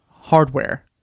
hardware